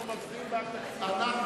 אנחנו מצביעים בעד תקציב המדינה,